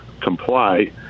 comply